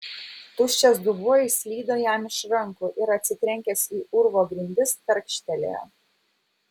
tuščias dubuo išslydo jam iš rankų ir atsitrenkęs į urvo grindis tarkštelėjo